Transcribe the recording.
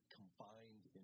combined